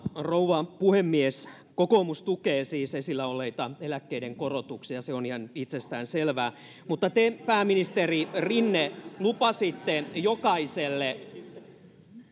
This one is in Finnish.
rouva puhemies kokoomus tukee siis esillä olleita eläkkeiden korotuksia se on ihan itsestään selvää mutta te pääministeri rinne lupasitte jokaiselle